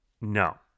no